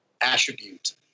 attribute